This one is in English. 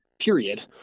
period